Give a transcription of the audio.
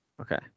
Okay